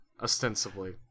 Ostensibly